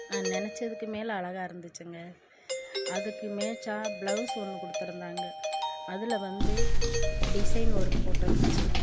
நான் நினச்சதுக்கு மேலே அழகா இருந்துச்சுங்க அதுக்கு மேச்சாக பிளவுஸ் ஒன்று கொடுத்துருந்தாங்க அதில் வந்து டிசைன் ஒர்க் போட்டிருந்துச்சி